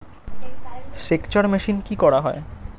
সেকচার মেশিন কি করা হয়?